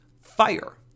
fire